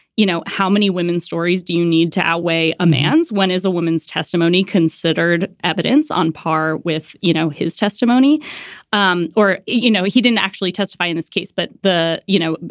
you know, how many women's stories do you need to outweigh a man's? when is a woman's testimony considered evidence on par with, you know, his testimony um or, you know, he didn't actually testify in this case. but the you know,